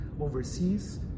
overseas